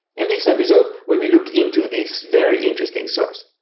in this episode we will look into this very interesting source.